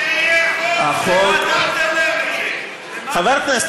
שיהיה חוק, חבר הכנסת